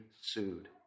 sued